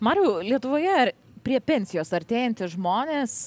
mariau lietuvoje prie pensijos artėjantys žmonės